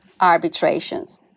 arbitrations